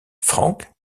franck